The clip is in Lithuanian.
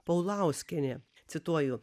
paulauskienė cituoju